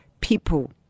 People